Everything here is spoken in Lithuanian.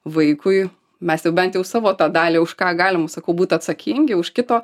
vaikui mes jau bent jau savo tą dalį už ką galim sakau būt atsakingi už kito